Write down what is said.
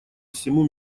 всему